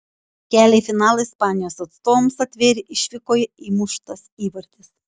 kelią į finalą ispanijos atstovams atvėrė išvykoje įmuštas įvartis